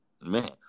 Man